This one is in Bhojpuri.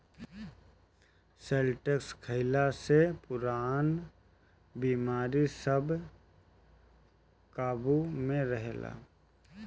शैलटस खइला से पुरान बेमारी सब काबु में रहेला